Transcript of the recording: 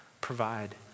provide